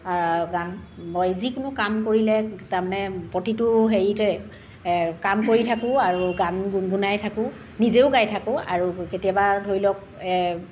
গান মই যিকোনো কাম কৰিলে তাৰমানে প্ৰতিটো হেৰিতে কাম কৰি থাকোঁ আৰু গান গুণগুণাই থাকোঁ নিজেও গাই থাকোঁ আৰু কেতিয়াবা ধৰি লওক